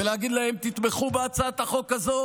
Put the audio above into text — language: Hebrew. ולהגיד להם: תתמכו בהצעת החוק הזו,